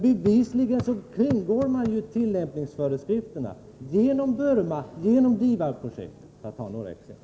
Bevisligen kringgår man dessa föreskrifter genom krigsmaterielexport till exempelvis Burma och DIVAD-projektet.